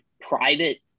private